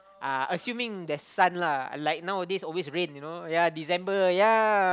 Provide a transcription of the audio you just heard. uh assuming there're sun lah like nowadays always rain you know ya December ya